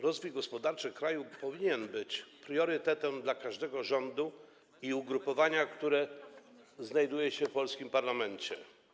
Rozwój gospodarczy kraju powinien być priorytetem dla każdego rządu i każdego ugrupowania, które znajduje się w polskim parlamencie.